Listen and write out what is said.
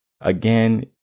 Again